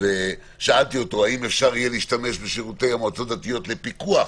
שאלתי אותו האם אפשר יהיה להשתמש בשירותי המועצות הדתיות לפיקוח